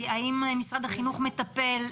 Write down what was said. האם משרד החינוך מטפל?